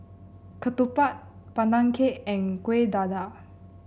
ketupat Pandan Cake and Kueh Dadar